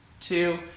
two